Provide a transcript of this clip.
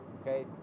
okay